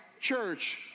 church